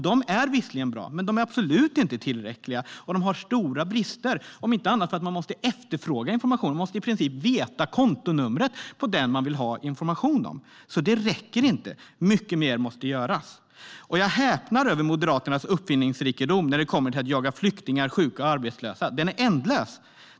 De är visserligen bra, men de är absolut inte tillräckliga och har stora brister - om inte annat för att man måste efterfråga information. Man måste i princip veta kontonumret för den man vill ha information om. Detta räcker inte; mycket mer måste göras. Jag häpnar över Moderaternas uppfinningsrikedom när det kommer till att jaga flyktingar, sjuka och arbetslösa. Den är ändlös.